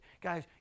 Guys